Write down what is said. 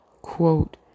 Quote